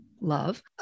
love